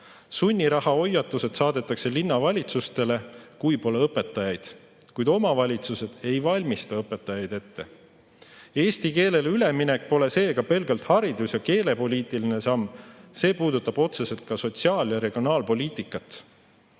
Sunnirahahoiatused saadetakse linnavalitsustele, kui pole õpetajaid, kuid mitte omavalitsused ei valmista õpetajaid ette. Eesti keelele üleminek pole seega pelgalt haridus‑ ja keelepoliitiline samm. See puudutab otseselt ka sotsiaal‑ ja regionaalpoliitikat.